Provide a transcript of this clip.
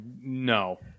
no